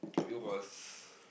it was